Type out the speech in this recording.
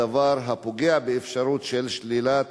דבר הפוגע באפשרות של שלילת